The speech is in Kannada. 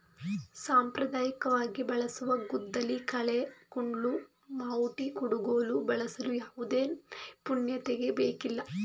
ಸಾಂಪ್ರದಾಯಿಕವಾಗಿ ಬಳಸುವ ಗುದ್ದಲಿ, ಕಳೆ ಕುಡ್ಲು, ಮಾವುಟಿ, ಕುಡುಗೋಲು ಬಳಸಲು ಯಾವುದೇ ನೈಪುಣ್ಯತೆ ಬೇಕಿಲ್ಲ